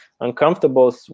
uncomfortable